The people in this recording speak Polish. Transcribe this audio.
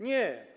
Nie.